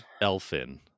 Elfin